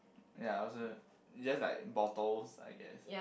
ya I also just like bottles I guess